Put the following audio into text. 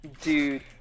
Dude